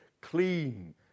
clean